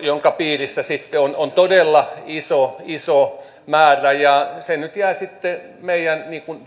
jonka piirissä sitten on on todella iso iso määrä se nyt jää sitten meidän